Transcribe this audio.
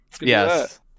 Yes